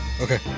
Okay